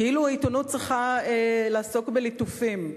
כאילו העיתונות צריכה לעסוק בליטופים,